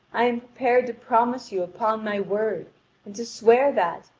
i am prepared to promise you upon my word and to swear that,